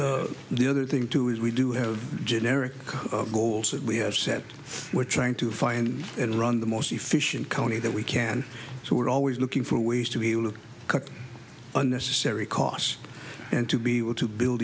the other thing too is we do have generic goals we have set we're trying to find and run the most efficient county that we can so we're always looking for ways to heal cut unnecessary costs and to be able to build